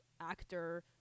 actor